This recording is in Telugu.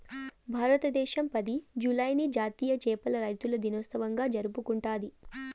భారతదేశం పది, జూలైని జాతీయ చేపల రైతుల దినోత్సవంగా జరుపుకుంటాది